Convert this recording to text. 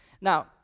now